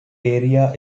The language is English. area